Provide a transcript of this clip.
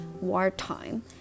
wartime